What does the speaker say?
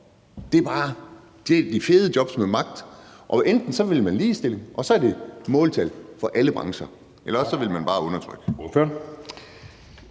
Det er bare de fede jobs med magt, og enten vil man have ligestilling, og så er der et måltal for alle brancher, eller også vil man bare undertrykke.